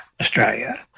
Australia